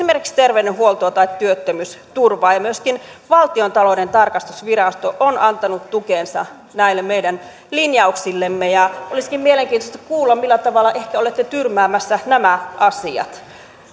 esimerkiksi terveydenhuoltoa tai työttömyysturvaa myöskin valtiontalouden tarkastusvirasto on antanut tukensa näille meidän linjauksillemme ja olisikin mielenkiintoista kuulla millä tavalla ehkä olette tyrmäämässä nämä asiat